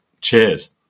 cheers